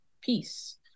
peace